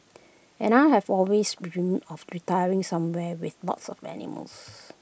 and I have always dreamed of retiring somewhere with lots of animals